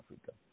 Africa